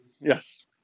Yes